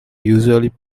usually